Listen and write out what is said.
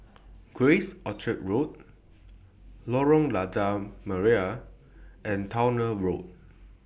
Grace Orchard School Lorong Lada Merah and Towner Road